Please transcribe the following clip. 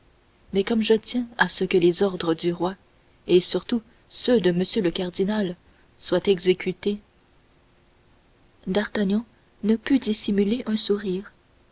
mais comme je tiens à ce que les ordres du roi et surtout ceux de m le cardinal soient exécutés d'artagnan ne put dissimuler un sourire